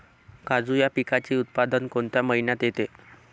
काजू या पिकाचे उत्पादन कोणत्या महिन्यात येते?